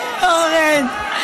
אורן.